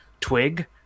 twig